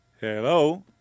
Hello